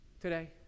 today